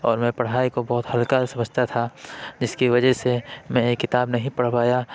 اور میں پڑھائی کو بہت ہلکا سمجھتا تھا جس کی وجہ سے میں یہ کتاب نہیں پڑھ پایا